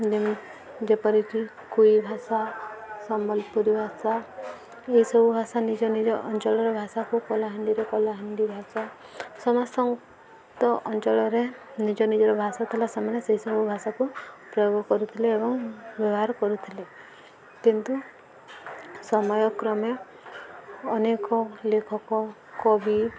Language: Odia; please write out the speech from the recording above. ଯେମି ଯେପରିକି କୁଇ ଭାଷା ସମ୍ବଲପୁରୀ ଭାଷା ଏସବୁ ଭାଷା ନିଜ ନିଜ ଅଞ୍ଚଳର ଭାଷାକୁ କଳାହାଣ୍ଡିରେ କଳାହାଣ୍ଡି ଭାଷା ସମସ୍ତତ ଅଞ୍ଚଳରେ ନିଜ ନିଜର ଭାଷା ଥିଲା ସେମାନେ ସେସବୁ ଭାଷାକୁ ପ୍ରୟୋଗ କରୁଥିଲେ ଏବଂ ବ୍ୟବହାର କରୁଥିଲେ କିନ୍ତୁ ସମୟ କ୍ରମେ ଅନେକ ଲେଖକ କବି